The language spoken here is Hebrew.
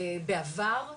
בעבר,